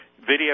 video